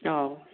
ꯑꯧ